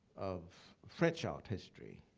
of french art history.